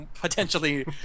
potentially